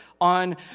on